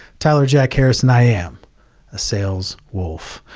tyler jack harris and i am a sales wolf.